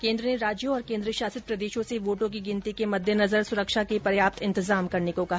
केन्द्र ने राज्यों और केन्द्र शासित प्रदेशों से वोटों की गिनती के मददेनजर सुरक्षा के पर्याप्त इंतजाम करने को कहा